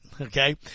Okay